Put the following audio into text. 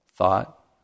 Thought